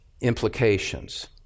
implications